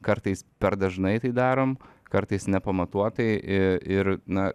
kartais per dažnai tai darom kartais nepamatuotai i ir na